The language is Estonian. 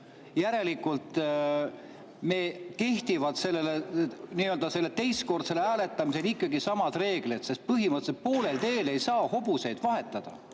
Järelikult kehtivad sellel nii-öelda teistkordsel hääletamisel samad reeglid, sest põhimõtteliselt poolel teel ei saa hobuseid vahetada.